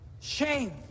shame